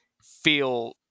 feel